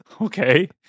okay